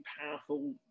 powerful